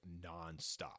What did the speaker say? nonstop